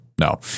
No